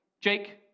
Jake